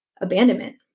abandonment